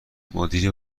مدیر